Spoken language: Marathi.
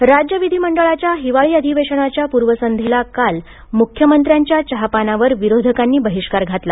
चहापान बहिष्कार राज्य विधिमंडळाच्या हिवाळी अधिवेशनाच्या पूर्वसंध्येला काल मुख्यमंत्र्यांच्या चहापानावर विरोधकांनी बहिष्कार घातला